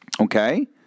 okay